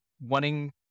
wanting